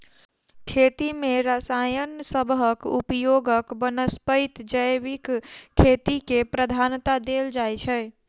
खेती मे रसायन सबहक उपयोगक बनस्पैत जैविक खेती केँ प्रधानता देल जाइ छै